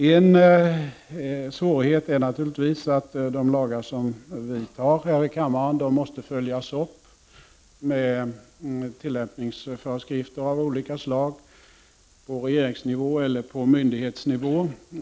En svårighet är naturligtvis att de lagar som riksdagen fattar beslut om måste följas av tillämpningsföreskrifter av olika slag på regeringsnivå eller på myndighetsnivå.